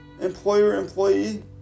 employer-employee